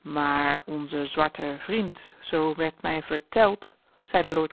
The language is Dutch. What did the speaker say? maar onze zwarte vriend zoo werd mij verteld zeide lord